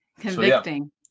convicting